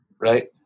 Right